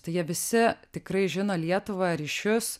tai jie visi tikrai žino lietuvą ryšius